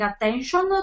attention